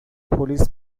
پلیس